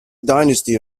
dynasty